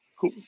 Cool